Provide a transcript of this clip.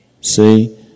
See